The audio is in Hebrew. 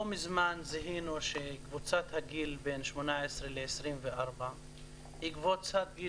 לא מזמן זיהינו שקבוצת הגיל בין 18 ל-24 היא קבוצת גיל,